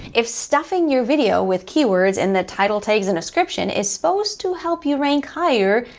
if stuffing your video with keywords in the title, tags and description is supposed to help you rank higher,